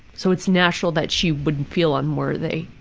so it's natural that she would feel unworthy,